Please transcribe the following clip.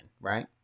right